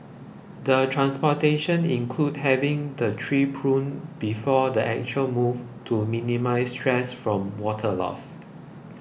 the transportation included having the tree pruned before the actual move to minimise stress from water loss